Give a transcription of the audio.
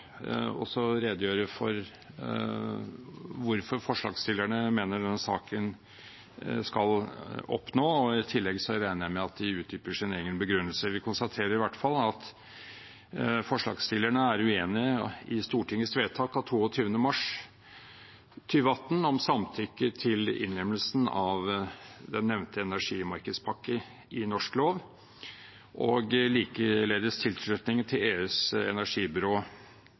også redegjøre for hvorfor forslagsstillerne mener denne saken skal opp nå, og i tillegg regner jeg med at de utdyper sin egen begrunnelse. Vi konstaterer i hvert fall at forslagsstillerne er uenig i Stortingets vedtak av 22. mars 2018, om samtykke til innlemmelsen av den nevnte energimarkedspakken i norsk lov og likeledes tilslutningen til EUs energibyrå,